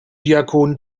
diakon